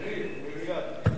יריב, במלה.